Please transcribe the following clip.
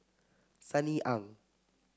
Sunny Ang